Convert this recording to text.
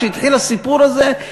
כשהתחיל הסיפור הזה,